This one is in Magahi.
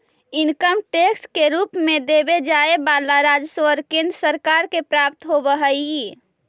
इनकम टैक्स के रूप में देवे जाए वाला राजस्व केंद्र सरकार के प्राप्त होव हई